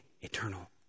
eternal